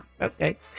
Okay